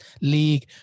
League